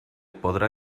podrà